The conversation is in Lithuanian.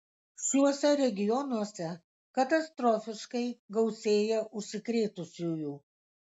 šiuose regionuose katastrofiškai gausėja užsikrėtusiųjų